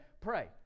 pray